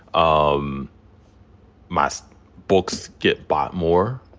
um my so books get bought more.